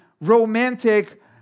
romantic